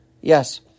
yes